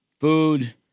food